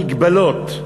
הגבלות,